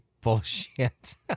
bullshit